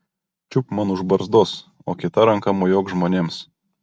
čiupk man už barzdos o kita ranka mojuok žmonėms